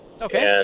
Okay